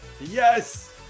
Yes